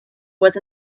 was